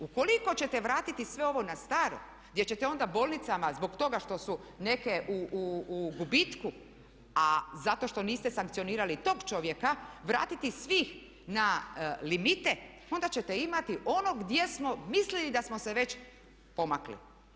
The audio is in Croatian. Ukoliko ćete vratiti sve ovo na staro gdje ćete onda bolnicama zbog toga što su neke u gubitku, a zato što niste sankcionirali tog čovjeka vratiti svih na limite onda ćete imati ono gdje smo mislili da smo se već pomakli.